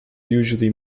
usually